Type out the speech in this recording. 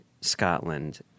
Scotland